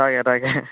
তাকে তাকে